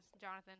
Jonathan